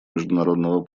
международного